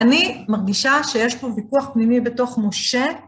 אני מרגישה שיש פה ויכוח פנימי בתוך משה.